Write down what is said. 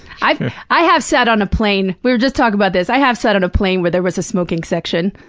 i've i have sat on a plane we were just talking about this. i have sat on a plane where there was a smoking section.